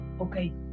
Okay